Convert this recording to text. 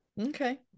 Okay